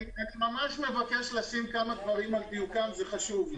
אני ממש מבקש להעמיד על דיוקם, זה חשוב לי.